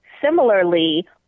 similarly